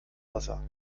wasser